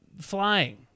flying